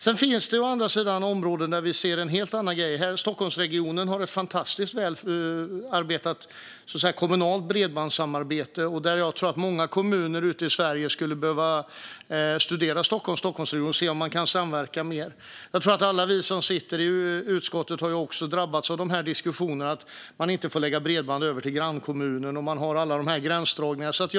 Det finns också områden där vi ser en helt annan grej. Stockholmsregionen har ett fantastiskt välarbetat kommunalt bredbandssamarbete, och jag tror att många kommuner ute i Sverige skulle behöva studera Stockholmsregionen och se om man kan samverka mer. Jag tror att alla vi som sitter i utskottet har drabbats av diskussionerna om att man inte får lägga bredband över till grannkommunen och alla de här gränsdragningarna som finns.